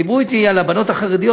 ודיברו אתי על הבנות החרדיות,